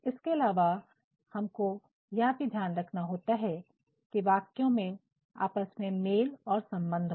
इसके अलावा हमको यह भी ध्यान देना होता है कि वाक्यों में आपस में मेल और संबंध हो